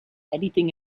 anything